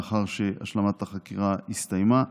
מאחר שהשלמת החקירה הסתיימה.